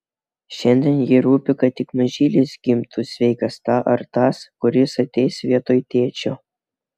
šiandien jai rūpi kad tik mažylis gimtų sveikas ta ar tas kuris ateis vietoj tėčio